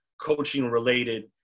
coaching-related